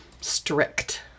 strict